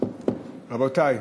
רבותי.